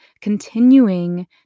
continuing